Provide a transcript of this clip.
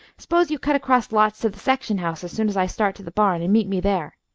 s'pose you cut across lots to the section-house as soon as i start to the barn, and meet me there.